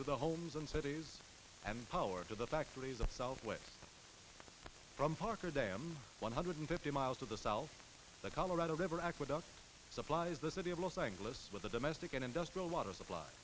to the homes and cities and power to the factories of south way from parker day am one hundred fifty miles to the south the colorado river aqueduct supplies the city of los angeles with the domestic and industrial water supply